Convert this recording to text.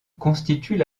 constituent